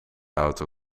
auto